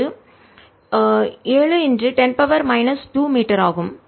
இது 7 10 2 மீட்டர் ஆகும்